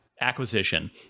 acquisition